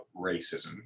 racism